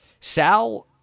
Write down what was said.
Sal